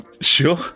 Sure